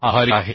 आभारी आहे